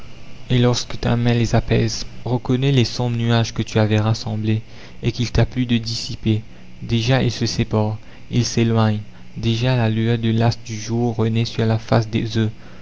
et lorsque ta main les apaise reconnais les sombres nuages que tu avais rassemblés et qu'il t'a plu de dissiper déjà ils se séparent ils s'éloignent déjà la lueur de l'astre du jour renaît sur la face des